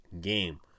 game